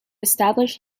establish